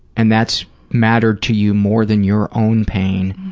and that's mattered to you more than your own pain.